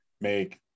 make